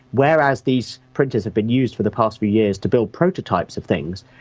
whereas these printers have been used for the past few years to build prototypes of things,